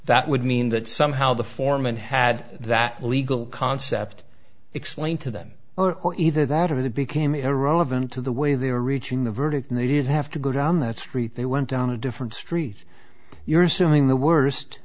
that would mean that somehow the foreman had that legal concept explained to them or or either that or they became irrelevant to the way they were reaching the verdict and they did have to go down that street they went down a different street you're assuming the worst